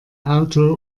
auto